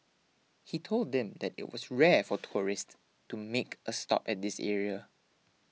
he told them that it was rare for tourists to make a stop at this area